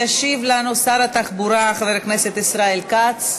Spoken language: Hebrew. ישיב לנו שר התחבורה חבר הכנסת ישראל כץ.